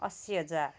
असी हजार